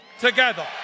together